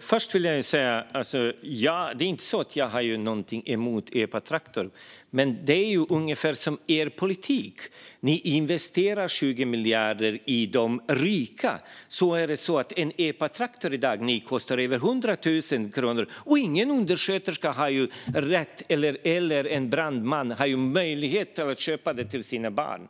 Först vill jag säga att jag inte har något emot epatraktorn. Men er politik är att ni investerar 20 miljarder i de rika. En epatraktor kostar i dag över 100 000 kronor, och ingen undersköterska eller brandman har möjligheter att köpa en till sina barn.